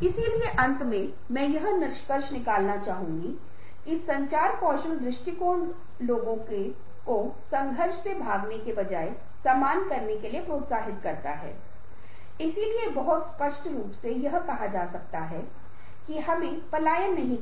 जिसे हमने यहां नहीं छुआ है आपको कहीं और देखना होगा कि कैसे खुद को प्रमोट किया जाए लेकिन संतचर कौशल कम्यूनिकेशन Communication स्किल के मौलिकफंडामेंटल Fundamental जो आपको बताते हैं कि आप दूसरों के साथ कैसे प्रभावी तरीके से संवाद कर सकते हैं आप दूसरों को कैसे प्रभावित कर सकते हैं कैसे आप दूसरों को मनाने में सक्षम हैं कुछ हद तक आपकी मदद करेंगे